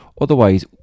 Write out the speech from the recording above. Otherwise